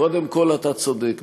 קודם כול, אתה צודק.